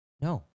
No